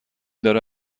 داره